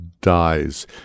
dies